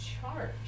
charge